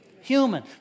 human